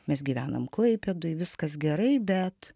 mes gyvenam klaipėdoj viskas gerai bet